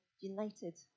united